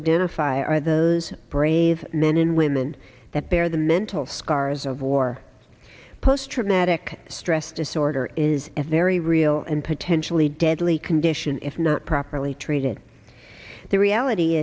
identify are those brave men and women that bear the mental scars of war post traumatic stress disorder is a very real and potentially deadly condition if not properly treated the reality